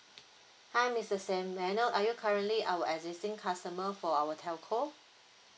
hi mister sam may I know are you currently our existing customer for our telco